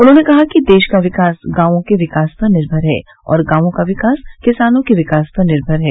उन्होंने कहा कि देश का विकास गांवों के विकास पर निर्मर है और गांवों का विकास किसानों के विकास पर निर्मर है